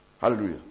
Hallelujah